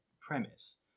premise